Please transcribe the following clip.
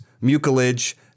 mucilage